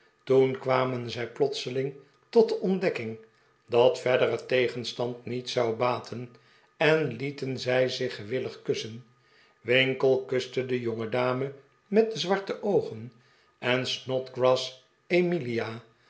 toen kwamen zij plotseling tot de ontdekking dat verdere tegenstand niet zou baten en lieten zij zich gewillig kussen winkle kuste de jongedame met de zwarte oogen en snodgrass emilia